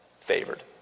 favored